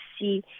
see